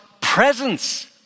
presence